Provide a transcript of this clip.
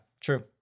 true